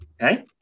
Okay